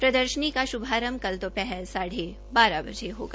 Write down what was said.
प्रदर्शनी का शुभारंभ कल दोपहर साढ़े बारह बजे होगा